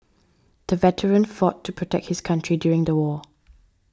the veteran fought to protect his country during the war